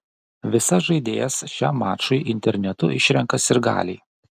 visas žaidėjas šiam mačui internetu išrenka sirgaliai